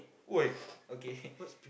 !oi! okay